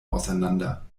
auseinander